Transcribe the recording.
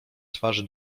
twarzy